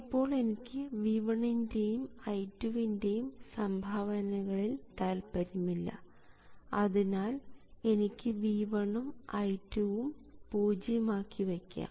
ഇപ്പോൾ എനിക്ക് V1 ൻറെയും I2 ൻറെയും സംഭാവനകളിൽ താല്പര്യമില്ല അതിനാൽ എനിക്ക് V1 ഉം I2 ഉം പൂജ്യം ആക്കി വയ്ക്കാം